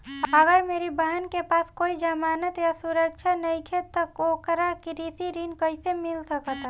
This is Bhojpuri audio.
अगर मेरी बहन के पास कोई जमानत या सुरक्षा नईखे त ओकरा कृषि ऋण कईसे मिल सकता?